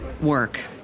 work